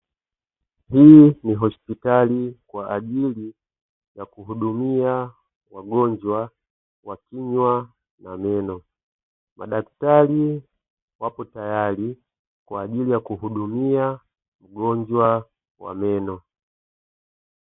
Hii ni hospitali kwa ajili ya kuhudumia wagonjwa wa kinywa na meno. Madaktari wapo tayari kwa ajili ya kuhudumia wagonjwa wa meno.